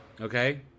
Okay